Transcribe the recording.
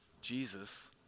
Jesus